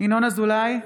ינון אזולאי,